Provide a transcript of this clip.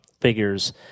figures